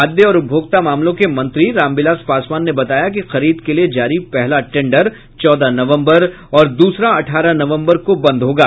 खाद्य और उपभोक्ता मामलों के मंत्री रामविलास पासवान ने बताया कि खरीद के लिए जारी पहला टेंडर चौदह नवम्बर और दूसरा अठारह नवम्बर को बंद होगा